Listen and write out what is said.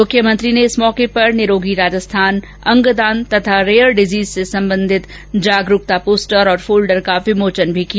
मुख्यमंत्री ने इस अवसर पर निरोगी राजस्थान अंगदान तथा रेयर डिजीज से संबंधित जागरूकता पोस्टर और फोल्डर का विमोचन भी किया